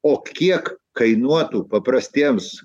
o kiek kainuotų paprastiems